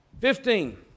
Fifteen